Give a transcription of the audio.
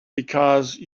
because